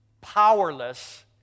powerless